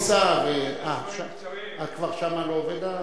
אני מציע שנשמור על איזו מידה,